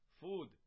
food